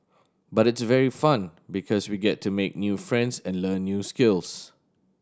but it's very fun because we get to make new friends and learn new skills